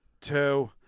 two